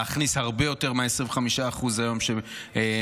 להכניס הרבה יותר מה-25% היום שמפוקחים.